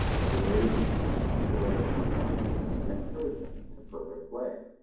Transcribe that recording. or would raise her feet and push away the little one as an encouragement to further play.